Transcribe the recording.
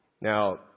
Now